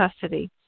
custody